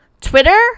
Twitter